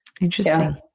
Interesting